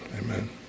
Amen